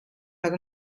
nad